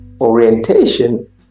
orientation